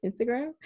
Instagram